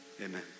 Amen